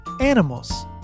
animals